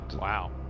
Wow